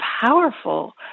powerful